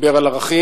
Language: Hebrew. דיבר על ערכים,